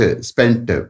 spent